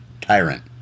tyrant